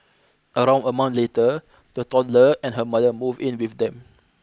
around a month later the toddler and her mother moved in with them